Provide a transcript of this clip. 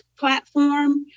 platform